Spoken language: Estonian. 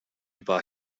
juba